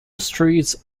streets